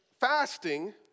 fasting